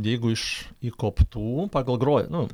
jeigu iš įkoptų pagal gro nu